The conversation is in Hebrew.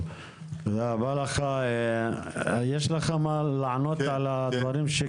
תודה רבה, יש לך מה לענות על הדברים האלה?